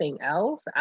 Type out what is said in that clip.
else